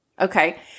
Okay